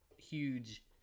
Huge